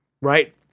right